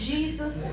Jesus